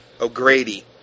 O'Grady